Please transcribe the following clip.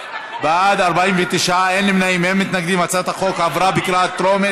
הארכת מועד להגשת בקשה להחזרת עודף שכר טרחה),